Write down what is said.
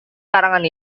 karangan